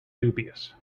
dubious